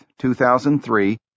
2003